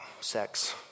sex